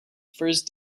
first